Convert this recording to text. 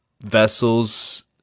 vessels